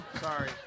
Sorry